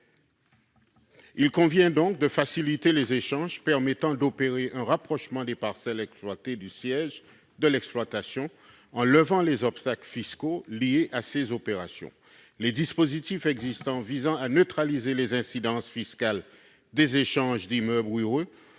Il convient donc de faciliter les échanges permettant d'opérer un rapprochement des parcelles exploitées du siège de l'exploitation en levant les obstacles fiscaux liés à ces opérations. Les dispositifs existants visant à neutraliser les incidences fiscales des échanges d'immeubles ruraux